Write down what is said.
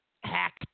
Hack